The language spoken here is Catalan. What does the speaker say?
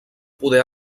poder